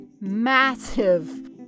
massive